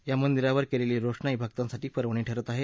या मंदिरावर केलेली रोषणाई भक्तांसाठी पर्वणी ठरत आहे